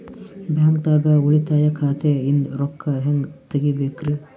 ಬ್ಯಾಂಕ್ದಾಗ ಉಳಿತಾಯ ಖಾತೆ ಇಂದ್ ರೊಕ್ಕ ಹೆಂಗ್ ತಗಿಬೇಕ್ರಿ?